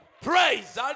praise